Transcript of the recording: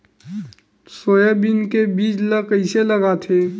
Soybean के बीज ल कइसे लगाथे?